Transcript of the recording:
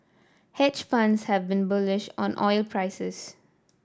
hedge funds have been bullish on oil prices